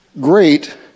great